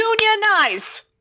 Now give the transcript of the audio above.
Unionize